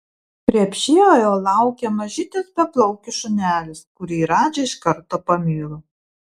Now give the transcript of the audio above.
krepšyje jo laukė mažytis beplaukis šunelis kurį radži iš karto pamilo